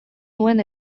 nuen